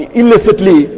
illicitly